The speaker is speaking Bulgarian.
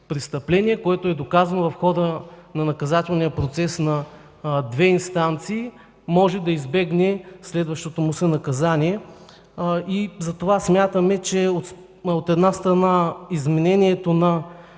доказано в хода на наказателния процес на две инстанции, може да избегне следващото му се наказание. Смятаме, че от една страна измененията на